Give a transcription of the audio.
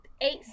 eight